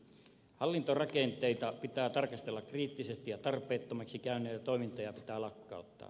hallintorakenteita pitää tarkastella kriittisesti ja tarpeettomiksi käyneitä toimintoja pitää lakkauttaa